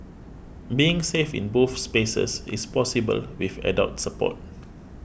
being safe in both spaces is possible with adult support